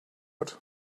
out